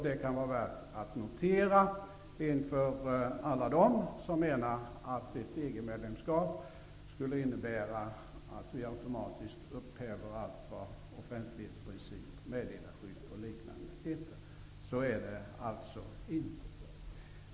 Detta kan vara värt att notera inför alla dem som menar att EG-medlemskap skulle innebära att vi automatiskt upphäver allt vad offentlighetsprincip, meddelarskydd och liknande heter. Så är det alltså inte.